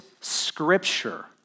scripture